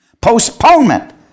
Postponement